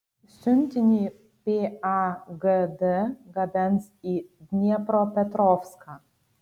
siuntinį pagd gabens į dniepropetrovską